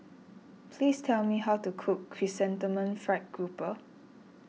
please tell me how to cook Chrysanthemum Fried Grouper